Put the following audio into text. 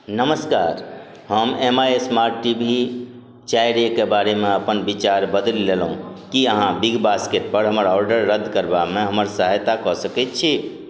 नमस्कार हम M I smart T V चारिके बारेमे अपन विचार बदैल लेलहुँ कि अहाँ बिग बास्केटपर हमर ऑडर रद्द करबामे हमर सहायता कऽ सकै छी